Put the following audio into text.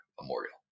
Memorial